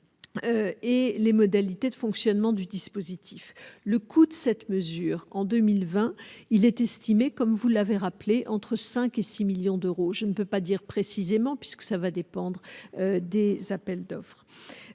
et les modalités de fonctionnement du dispositif, le coût de cette mesure en 2020, il est estimé comme vous l'avez rappelé entre 5 et 6 millions d'euros, je ne peux pas dire précisément puisque ça va dépendre des appels d'offres